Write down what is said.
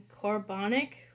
carbonic